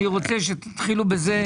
אני רוצה שתתחילו בזה,